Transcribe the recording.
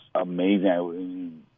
amazing